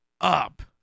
up